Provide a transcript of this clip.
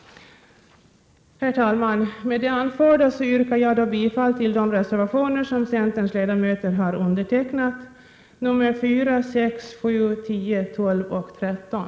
Herr talman! Med det anförda yrkar jag bifall till de reservationer som centerns ledamöter står bakom — nr 4, 6, 7, 10, 12 och 13.